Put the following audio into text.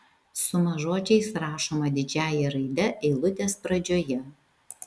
suma žodžiais rašoma didžiąja raide eilutės pradžioje